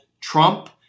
Trump